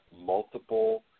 multiple